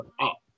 up